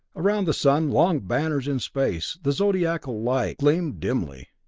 around the sun, long banners in space, the zodiacal light gleamed dimly.